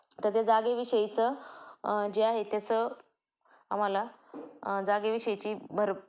तर ते जागेविषयीचं जे आहे त्यासं आम्हाला जागेविषयीची भर